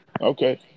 Okay